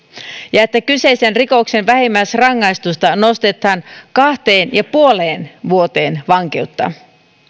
ja että kyseisen rikoksen vähimmäisrangaistusta nostetaan kahteen pilkku viiteen vuoteen vankeutta